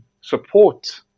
support